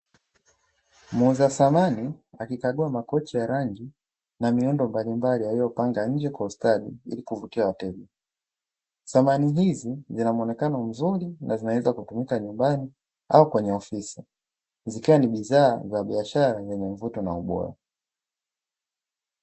Muuza samani akikagua makochi ya rangi yenye rangi mbalimbali aliyopanga nje kwa ustadi ili kuvutia wateja. Samani hizi zinamuonekano mzuri na zinaweza kutumika nyumbani au kwenye ofisi, zikiwa ni idhaa za biashara zenye mvuto na ubora.